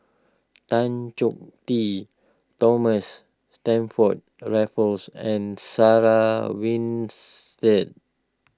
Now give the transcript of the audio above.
Tan Choh Tee Thomas Stamford Raffles and Sarah Winstedt